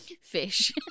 fish